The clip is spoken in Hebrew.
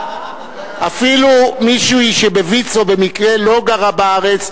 אפילו מי מויצו שבמקרה לא גרה בארץ,